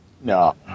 No